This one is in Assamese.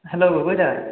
হেল্ল' গগৈ দা